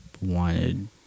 wanted